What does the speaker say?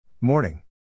Morning